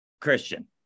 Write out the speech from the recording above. Christian